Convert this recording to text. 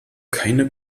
keine